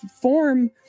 form